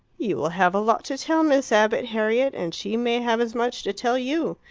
you will have a lot to tell miss abbott, harriet, and she may have as much to tell you.